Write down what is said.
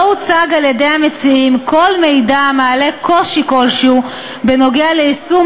לא הוצג על-ידי המציעים כל מידע המעלה קושי כלשהו בנוגע ליישום